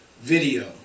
video